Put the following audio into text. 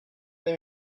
they